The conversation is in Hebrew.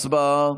הצבעה